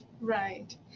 Right